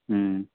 ꯎꯝ